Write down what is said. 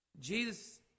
Jesus